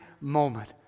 moment